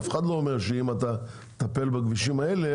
אף אחד לא אומר שאם אתה תטפל בכבישים האלה,